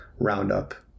roundup